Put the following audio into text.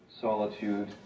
solitude